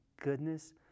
goodness